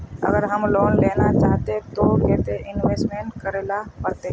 अगर हम लोन लेना चाहते तो केते इंवेस्ट करेला पड़ते?